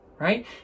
right